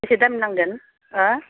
बेसे दामनि नांगोन ओह